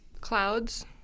Clouds